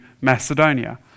Macedonia